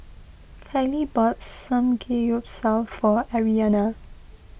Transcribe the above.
Kailee bought Samgeyopsal for Aryanna